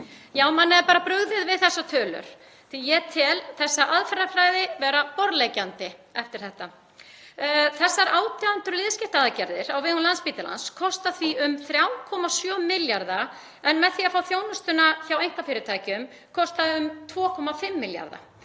Já, manni er bara brugðið við þessar tölur því að ég tel þessa aðferðafræði vera borðleggjandi eftir þetta. Þessar 1.800 liðskiptaaðgerðir á vegum Landspítalans kosta því um 3,7 milljarða, en með því að fá þjónustuna hjá einkafyrirtækjum kosta þær um 2,5 milljarða.